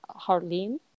Harleen